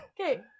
Okay